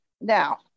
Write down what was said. now